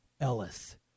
Ellis